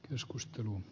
keskustelu